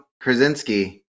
Krasinski